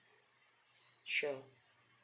sure